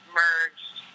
merged